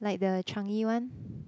like the Changi one